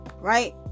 right